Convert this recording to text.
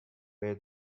where